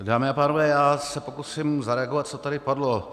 Dámy a pánové, já se pokusím zareagovat na to, co tady padlo.